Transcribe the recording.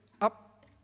up